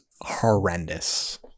horrendous